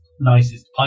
nicest